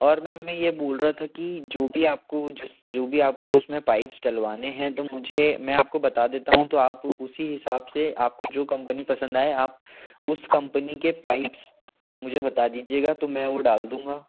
और मैम मैं ये बोल रहा था कि जो भी आपको जिस जो भी आपको उसमें पाइप्स डलवाने हैं तो मुझे मैं आपको बता देता हूँ तो आप उसी हिसाब से आपको जो कम्पनी पसंद आए आप उस कम्पनी के पाइप्स मुझे बता दीजिएगा तो मैं वह डाल दूंगा